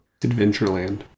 Adventureland